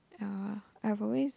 uh I've always